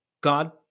God